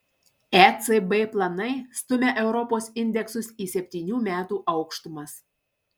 ecb planai stumia europos indeksus į septynių metų aukštumas